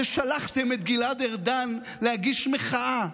שלחתם את גלעד ארדן להגיש מחאה.